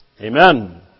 Amen